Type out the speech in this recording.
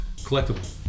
collectible